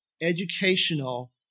educational